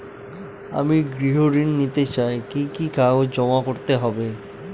আমি গৃহ ঋণ নিতে চাই কি কি কাগজ জমা করতে হবে?